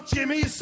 Jimmy